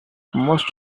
most